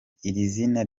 zina